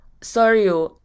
sorry